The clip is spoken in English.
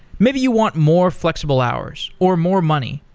maybe you want more flexible hours, or more money,